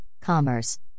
commerce